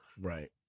right